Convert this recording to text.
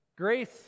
Grace